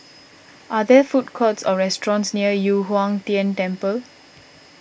are there food courts or restaurants near Yu Huang Tian Temple